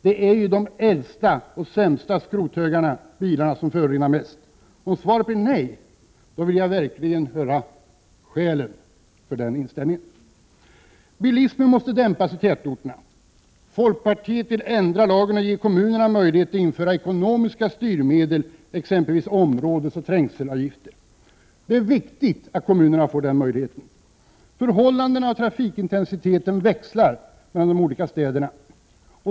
Det är ju de äldsta och sämsta bilarna som förorenar mest. Om svaret blir nej, vill jag verkligen höra skälen för den inställningen. Bilismen måste dämpas i tätorterna. Folkpartiet vill ändra lagen och ge kommunerna möjlighet att införa ekonomiska styrmedel, exempelvis områdesoch trängselavgifter. Det är viktigt att kommunerna får den möjligheten. Förhållandena och trafikintensiteten växlar mellan de olika städerna.